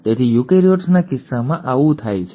તેથી યુકેરીયોટ્સના કિસ્સામાં આવું થાય છે